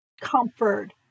comfort